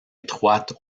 étroite